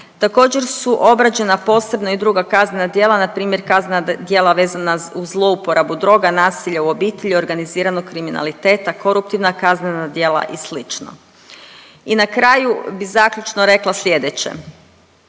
Također su obrađena posebno i druga kaznena djela, na primjer kaznena djela vezana uz zlouporabu droga, nasilja u obitelji, organiziranog kriminaliteta, koruptivna kaznena djela i slično. I na kraju bi zaključno rekla sljedeće.